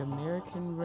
American